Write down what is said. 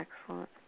Excellent